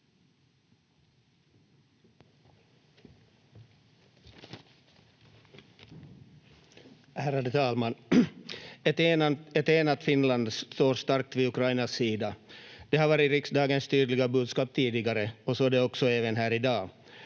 Ärade talman! Ett enat Finland står starkt vid Ukrainas sida. Det har varit riksdagens tydliga budskap tidigare och så är det även här i dag.